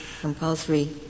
compulsory